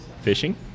fishing